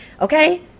okay